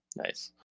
Nice